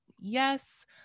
yes